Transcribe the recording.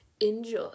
Enjoy